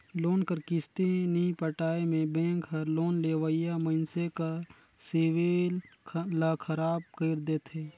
loan कर किस्ती नी पटाए में बेंक हर लोन लेवइया मइनसे कर सिविल ल खराब कइर देथे